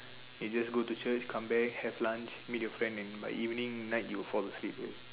I just go to Church come back have lunch meet your friends and by evening night you fall asleep